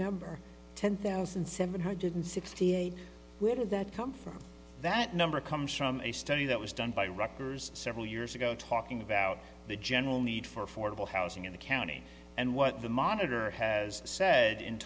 number ten thousand seven hundred sixty eight where did that come from that number comes from a study that was done by rutgers several years ago talking about the general need for affordable housing in the county and what the monitor has said